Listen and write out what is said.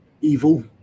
evil